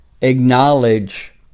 acknowledge